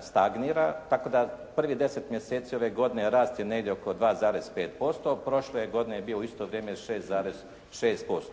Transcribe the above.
stagnira tako da prvih 10 mjeseci ove godine rast je negdje oko 2,5%. Prošle godine je bio u isto vrijeme 6,6%.